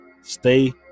Stay